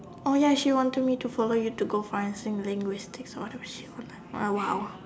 oh ya she want to me to follow you to go find sing language take of the shown I !wow!